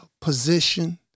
position